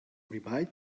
remind